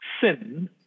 sin